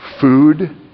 Food